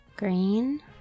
Green